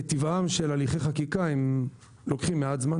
כטבעם של הליכי חקיקה, הם לוקחים זמן